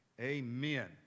amen